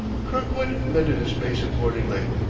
kirkwood mended his pace accordingly,